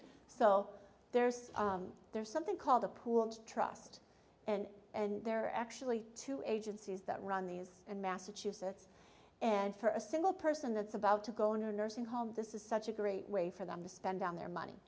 so there's there's something called a pool trust and and there are actually two agencies that run these in massachusetts and for a single person that's about to go in a nursing home this is such a great way for them to spend down their money